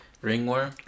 Ringworm